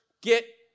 get